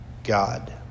God